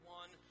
one